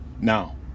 Now